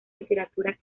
literatura